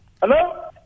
hello